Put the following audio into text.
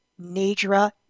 Nidra